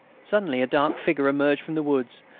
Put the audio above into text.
suddenly a dark figure emerged from the wood,